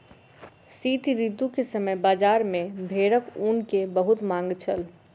शीत ऋतू के समय बजार में भेड़क ऊन के बहुत मांग छल